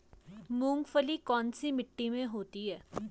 मूंगफली कौन सी मिट्टी में होती है?